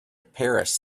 paris